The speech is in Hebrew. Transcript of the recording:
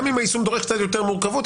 גם אם היישום דורש קצת יותר מורכבות,